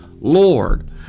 Lord